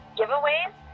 giveaways